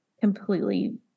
completely